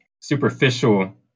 superficial